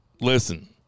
listen